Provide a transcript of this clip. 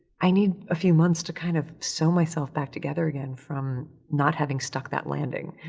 i need a few months to kind of sew myself back together again from not having stuck that landing.